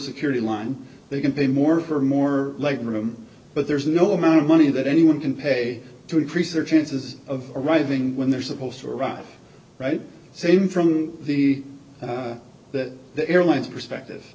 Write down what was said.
security line they can pay more for more leg room but there's no amount of money that anyone can pay to increase their chances of arriving when they're supposed to run right same from the that the airlines perspective